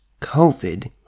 COVID